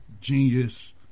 genius